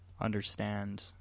understand